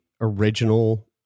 original